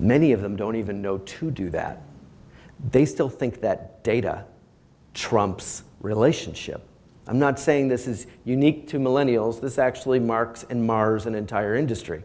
many of them don't even know to do that they still think that data trumps relationship i'm not saying this is unique to millennial is this actually marks and mars an entire industry